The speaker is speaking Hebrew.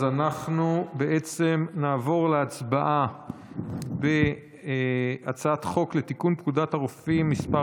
אז אנחנו נעבור להצבעה על הצעת חוק לתיקון פקודת הרופאים (מס'